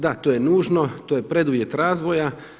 Da, to je nužno, to je preduvjet razvoja.